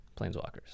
planeswalkers